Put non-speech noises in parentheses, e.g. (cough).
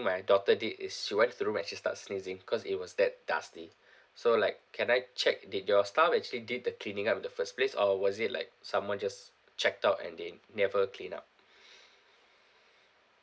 my daughter did is swipe through when she start sneezing cause it was that dusty (breath) so like can I check did your staff actually did the cleaning up in the first place or was it like someone just checked out and they never clean up (breath)